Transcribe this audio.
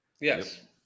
Yes